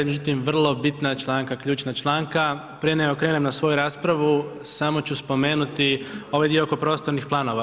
Međutim, vrlo bitna članka, ključna članka, prije nego krenem na svoju raspravu, samo ću spomenuti ovaj dio oko prostornih planova.